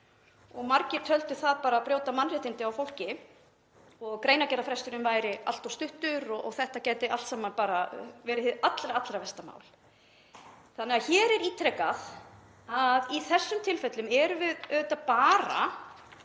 Margir töldu það bara að brjóta mannréttindi fólks, að greinargerðarfresturinn væri allt of stuttur og þetta gæti allt saman bara verið hið allra versta mál. Þannig að hér er ítrekað að í þessum tilfellum erum við auðvitað bara